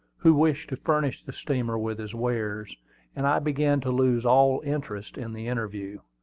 who wished to furnish the steamer with his wares and i began to lose all interest in the interview.